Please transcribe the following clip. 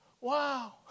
wow